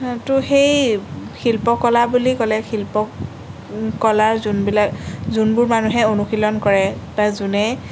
তো সেই শিল্প কলা বুলি ক'লে শিল্পকলাৰ যোনবিলাক যোনবোৰ মানুহে অনুশীলন কৰে বা যোনে